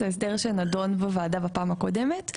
ההסדר נדון בוועדה בפעם הקודמת.